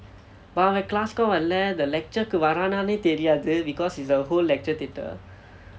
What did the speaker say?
but அவன்:avan class க்கும் வரலே:kku varalae the lecture வரானானே தெரியாது:varaanaane theriyaathu because it's a whole lecture threater